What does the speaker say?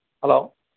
hello